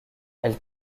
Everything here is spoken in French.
elle